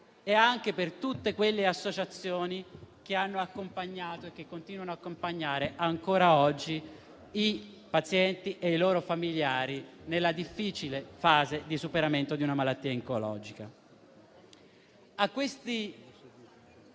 e per tutte le associazioni che hanno accompagnato e che continuano a accompagnare ancora oggi i pazienti e i loro familiari nella difficile fase di superamento di una malattia ecologica.